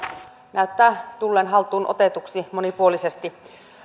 näyttää tulleen haltuunotetuksi monipuolisesti